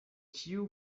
ĉiu